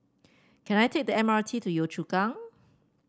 can I take the M R T to Yio Chu Kang